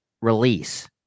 release